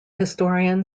historian